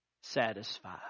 satisfied